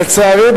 לצערי,